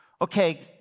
Okay